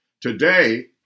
Today